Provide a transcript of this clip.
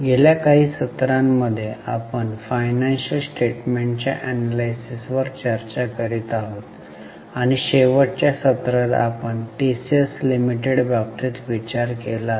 गेल्या काही सत्रांमध्ये आपण फायनान्शिअल स्टेटमेंटच्या एनलायसिसवर चर्चा करीत आहोत आणि शेवटच्या सत्रात आपण टीसीएस लिमिटेड बाबतीत विचार केला आहे